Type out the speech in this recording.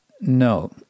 No